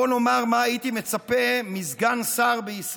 בואו נעמיד דברים על דיוקם ובואו נאמר מה הייתי מצפה מסגן שר בישראל,